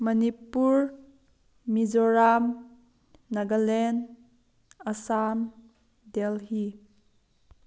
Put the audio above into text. Manipur Mizoram Nagaland Assam Delhi